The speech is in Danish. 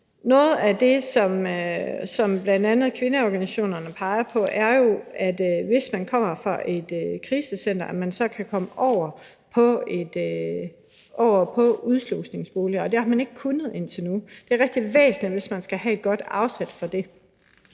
Noget af det, som bl.a. kvindeorganisationerne peger på, er, at man, hvis man kommer fra et krisecenter, så kan komme over i en udslusningsbolig, og det har man ikke kunnet indtil nu. Det er rigtig væsentligt, hvis man skal have et godt afsæt for det.